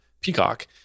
Peacock